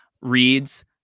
reads